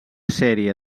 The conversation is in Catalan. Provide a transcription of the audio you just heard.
sèrie